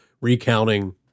recounting